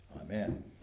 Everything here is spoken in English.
Amen